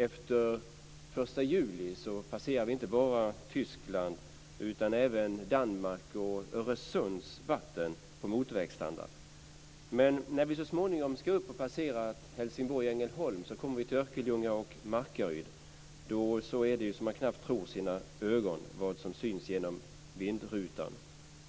Efter den 1 juli passerar vi inte bara Tyskland utan även Danmark och Öresunds vatten på motorvägsstandard, men när vi så småningom har passerat Helsingborg och Ängelholm kommer vi till Örkelljunga och Markaryd. Då tror man knappt sina ögon när man tittar ut genom vindrutan.